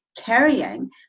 carrying